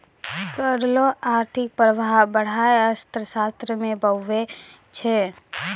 कर रो आर्थिक प्रभाब पढ़ाय अर्थशास्त्र मे हुवै छै